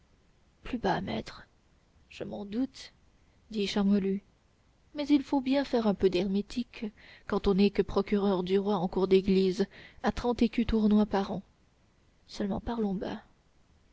plus bas maître je m'en doute dit charmolue mais il faut bien faire un peu d'hermétique quand on n'est que procureur du roi en cour d'église à trente écus tournois par an seulement